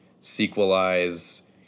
sequelize